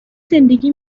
زندگی